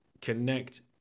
connect